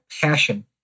passion